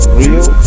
real